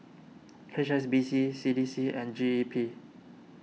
H S B C C D C and G E P